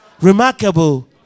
remarkable